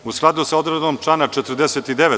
U skladu sa odredbom člana 49.